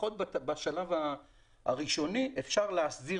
לפחות בשלב הראשוני אפשר להסדיר